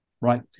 Right